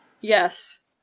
Yes